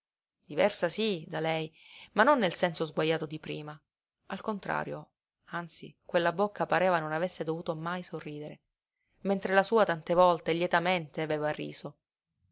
diversa sí da lei ma non nel senso sguajato di prima al contrario anzi quella bocca pareva non avesse dovuto mai sorridere mentre la sua tante volte e lietamente aveva riso